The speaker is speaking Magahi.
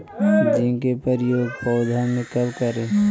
जिंक के प्रयोग पौधा मे कब करे?